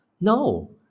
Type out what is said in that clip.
No